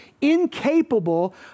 incapable